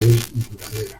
duradera